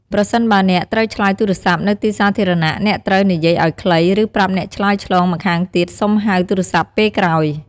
ប្រសិនបើអ្នកត្រូវឆ្លើយទូរស័ព្ទ នៅទីសាធារណៈ អ្នកត្រូវនិយាយឲ្យខ្លី ឬប្រាប់អ្នកឆ្លើយឆ្លងម្ខាងទៀត សុំហៅទូរស័ព្ទពេលក្រោយ។